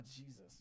Jesus